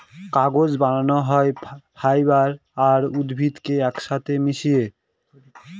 কাগজ বানানো হয় ফাইবার আর উদ্ভিদকে এক সাথে মিশিয়ে